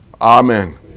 Amen